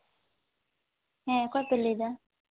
ᱦᱮᱸ ᱚᱠᱚᱭ ᱯᱮ ᱞᱟᱹᱭᱫᱟ